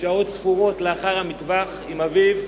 שעות ספורות לאחר המטווח עם אביו,